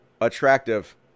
Attractive